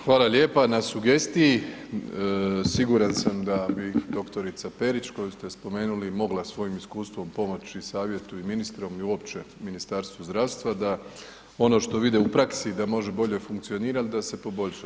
Hvala lijepa na sugestiji, siguran sam da bi doktorica Perić koju ste spomenuli mogla svojim iskustvom pomoći savjetu i ministrom i uopće Ministarstvu zdravstva da ono što vide u praksi da može bolje funkcionirat da se poboljša.